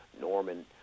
Norman